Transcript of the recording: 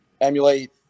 emulate